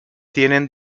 tienen